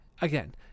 Again